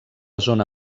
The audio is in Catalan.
zona